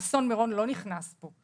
אסון מירון לא נכנס פה,